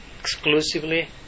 Exclusively